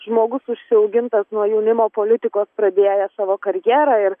žmogus užsiaugintas nuo jaunimo politikos pradėjęs savo karjerą ir